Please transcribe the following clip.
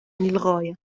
للغاية